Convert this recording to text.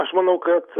aš manau kad